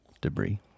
Debris